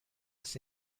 was